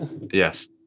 Yes